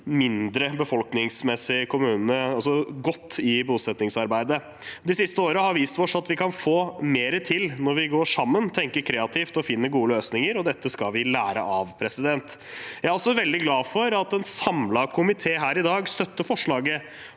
– befolkningsmessig sett – også godt i bosettingsarbeidet. Det siste året har vist oss at vi kan få mer til når vi går sammen, tenker kreativt og finner gode løsninger. Dette skal vi lære av. Jeg er også veldig glad for at en samlet komité i dag støtter forslaget